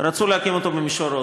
רצו להקים אותו במישור רותם.